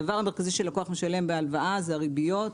הדבר המרכזי שלקוח משלם בהלוואה זה הריביות.